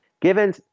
given